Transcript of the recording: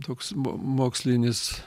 toks mo mokslinis